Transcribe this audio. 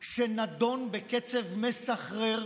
שנדון בקצב מסחרר